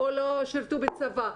או לא שרתו בצבא,